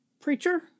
preacher